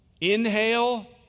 Inhale